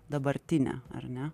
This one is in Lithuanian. dabartinę ar ne